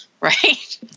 Right